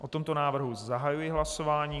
O tomto návrhu zahajuji hlasování.